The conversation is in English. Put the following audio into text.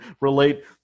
relate